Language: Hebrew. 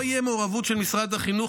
לא תהיה מעורבות של משרד החינוך.